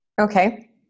Okay